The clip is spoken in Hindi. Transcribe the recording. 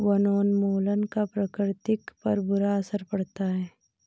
वनोन्मूलन का प्रकृति पर बुरा असर पड़ता है